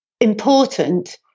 important